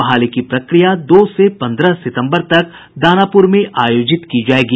बहाली की प्रक्रिया दो से पंद्रह सितंबर तक दानापुर में आयोजित की जायेगी